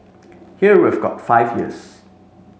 here we've got five years